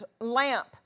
lamp